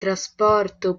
trasporto